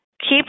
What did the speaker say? keep